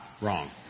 wrong